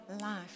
life